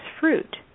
fruit